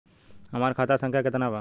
हमार खाता संख्या केतना बा?